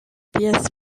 papias